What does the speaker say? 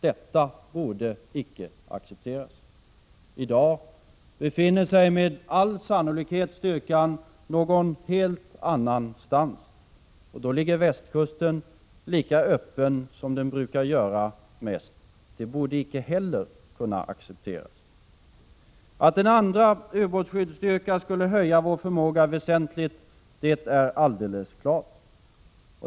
Detta borde icke accepteras. I dag befinner sig styrkan sannolikt någon annanstans. Då ligger västkusten lika öppen som den brukar göra mest. Det borde icke heller accepteras. Att en andra ubåtsskyddsstyrka skulle höja vår förmåga väsentligt är alldeles klart.